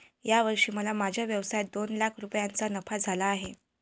या वर्षी मला माझ्या व्यवसायात दोन लाख रुपयांचा नफा झाला आहे